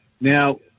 Now